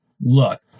look